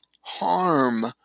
harm